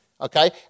Okay